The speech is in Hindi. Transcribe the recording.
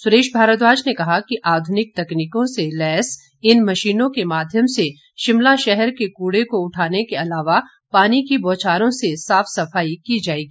सुरेश भारद्वाज ने कहा कि आधुनिक तकनीकों से लैस इन मशीनों के माध्यम से शिमला शहर के कूड़े को उठाने के अलावा पानी की बोछारों से साफ सफाई की जाएगी